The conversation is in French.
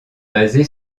basée